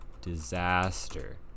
Disaster